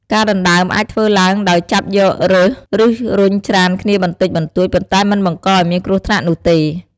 ការដណ្ដើមអាចធ្វើឡើងដោយចាប់យក រើស ឬរុញច្រានគ្នាបន្តិចបន្តួច ប៉ុន្តែមិនបង្កឱ្យមានគ្រោះថ្នាក់នោះទេ។